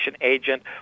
agent